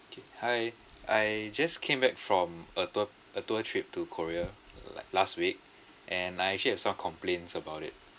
okay hi I just came back from a tour a tour trip to korea like last week and I actually have some complains about it